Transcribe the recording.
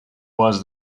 was